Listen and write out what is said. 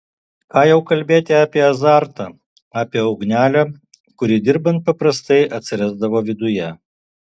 ką jau kalbėti apie azartą apie ugnelę kuri dirbant paprastai atsirasdavo viduje